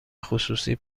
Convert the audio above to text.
خصوصی